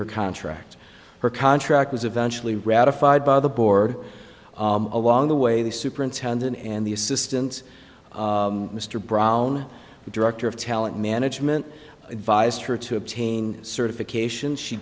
her contract her contract was eventually ratified by the board along the way the superintendent and the assistants mr brown the director of talent management advised her to obtain certification she